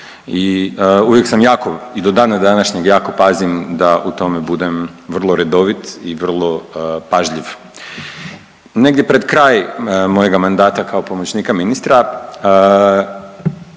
i uvijek sam jako i do dana današnjeg jako pazim da u tome budem vrlo redovit i vrlo pažljiv. Negdje pred kraj mojega mandata kao pomoćnika ministra,